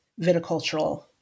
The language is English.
viticultural